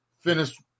finish